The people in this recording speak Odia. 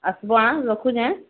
ଆସିବ ଆଁ ରଖୁଛି